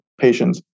patients